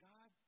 God